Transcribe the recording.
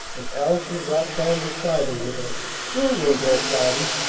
and allison dropped down beside her with a sure, we'll go, cloudy,